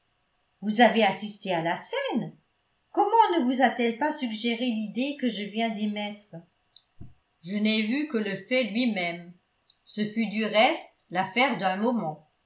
vous avez assisté à la scène comment ne vous a-t-elle pas suggéré l'idée que je viens d'émettre je n'ai vu que le fait lui-même ce fut du reste l'affaire d'un moment